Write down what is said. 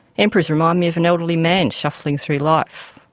emperors remind me of an elderly man shuffling through life,